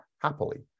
happily